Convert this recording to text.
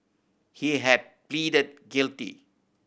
he had pleaded guilty